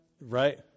Right